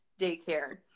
daycare